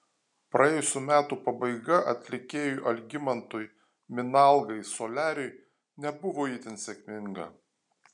praėjusių metų pabaiga atlikėjui algimantui minalgai soliariui nebuvo itin sėkminga